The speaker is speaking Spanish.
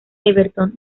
everton